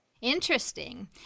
Interesting